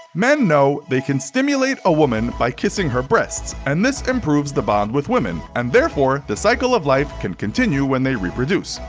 men know they can stimulate a woman by kissing her breasts and this improves the bond with women, and therefore the cycle of life can continue when they reproduce.